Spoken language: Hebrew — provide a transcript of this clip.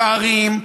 שרים,